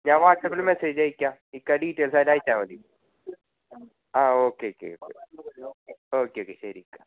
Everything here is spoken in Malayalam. ഞാൻ വാട്സപ്പില് മെസ്സേജ് അയയ്ക്കാം ഇക്ക ഡീറ്റെയിൽസ് ആയിട്ട് അയച്ചാൽ മതി ആ ഓക്കെ ഓക്കെ ഓക്കെ ഓക്കെ ശരി